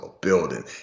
building